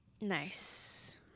Nice